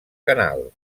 canal